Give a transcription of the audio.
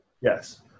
Yes